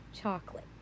chocolate